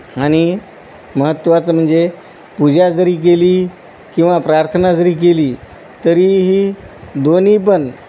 आणि महत्वाचं म्हणजे पूजा जरी केली किंवा प्रार्थना जरी केली तरीही दोन्ही पण